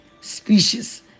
species